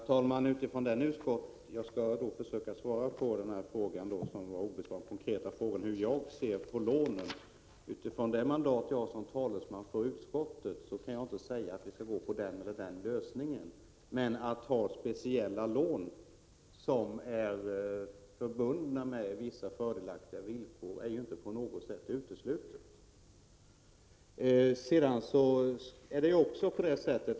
Herr talman! Jag skall försöka svara på den konkreta frågan om hur jag ser på ett lån. Utifrån det mandat som jag har som talesman för utskottet kan jag inte säga att vi skall gå på den ena eller andra lösningen. Men att ta speciella lån som är förbundna med vissa fördelaktiga villkor är ju inte på något sätt uteslutet.